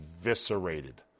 eviscerated